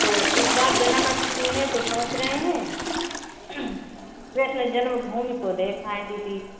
तो इस बार जन्माष्टमी है तो सोच रहे हैं कृष्ण जन्म भूमि को देख आएँ दीदी